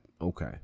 Okay